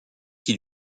qui